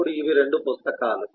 అప్పుడు ఇవి 2 పుస్తకాలు